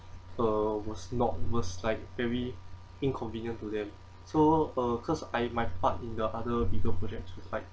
uh was not was like very inconvenient to them so uh cause I my part in the other bigger projects was like